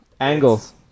angles